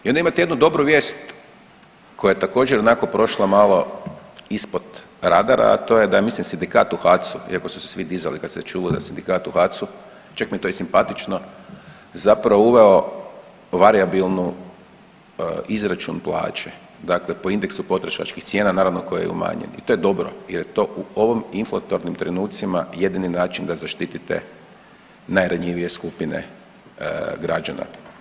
I onda imate jednu dobru vijest koja je također onako prošla malo ispod radara, a to je da je mislim sindikat u HAC-u iako su se svi dizali kad su čuli da je sindikat u HAC-u, čak mi je to i simpatično, zapravo uveo varijabilnu izračun plaće, dakle po indeksu potrošačkih cijena, naravno koji je umanjen i to je dobro jer je to u ovom inflatornim trenucima jedini način da zaštitite najranjivije skupine građana.